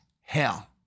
hell